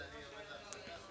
היה שם רצח.